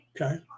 Okay